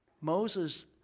Moses